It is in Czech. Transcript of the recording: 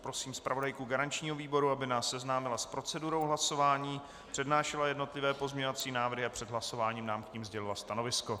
Prosím zpravodajku garančního výboru, aby nás seznámila s procedurou hlasování, přednášela jednotlivé pozměňovací návrhy a před hlasováním nám k nim sdělila stanovisko.